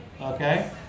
okay